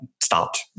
stopped